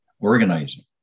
organizing